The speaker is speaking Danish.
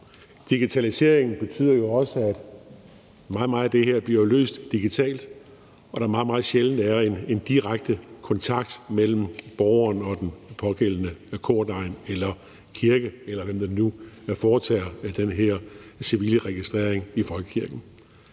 Digitaliseringen betyder jo også, at meget af det her bliver løst digitalt, og der er meget, meget sjældent en direkte kontakt mellem borgeren og den pågældende kordegn eller kirke, eller hvem der nu foretager den her civile registrering i folkekirken.